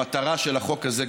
המטרה של החוק הזה,